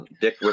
Dick